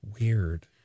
Weird